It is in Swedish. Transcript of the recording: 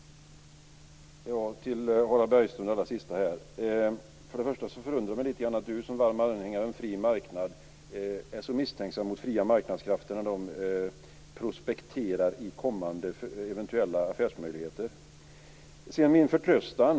Tack!